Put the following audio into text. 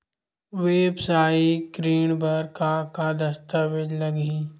वेवसायिक ऋण बर का का दस्तावेज लगही?